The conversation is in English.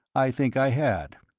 i think i had.